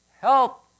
help